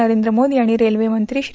नरेंद्र मोदी आणि रेल्वेमंत्री श्री